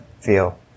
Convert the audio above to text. feel